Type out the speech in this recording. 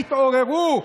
תתעוררו.